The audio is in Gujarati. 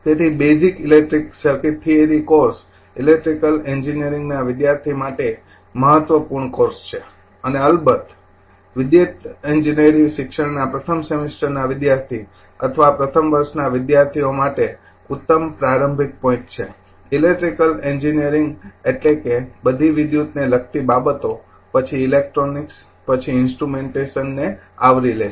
તેથી basic electric circuit theory course electrical એન્જિનિયરિંગના વિદ્યાર્થી માટે મહત્વપૂર્ણ કોર્સ છે અને અલબત્ત અને ઇલેક્ટ્રિકલ ઇજનેરી શિક્ષણના પ્રથમ સેમેસ્ટરના વિદ્યાર્થી અથવા પ્રથમ વર્ષના વિદ્યાર્થી માટે ઉત્તમ પ્રારંભિક પોઈન્ટ છે ઇલેક્ટ્રિકલ એન્જિનિયરિંગ એટલે કે તે બધી ઇલેક્ટ્રિકલને લગતી બાબતો પછી ઇલેક્ટ્રોનિક્સ પછી ઇન્સ્ટ્રૂમેનટેશનને આવરી લે છે